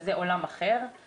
שזה עולם אחר,